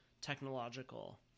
technological